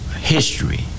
history